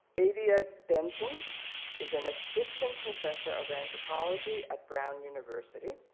adia benton is an assistant professor of anthropology at brown university,